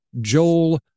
Joel